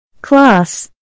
Class